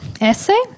essay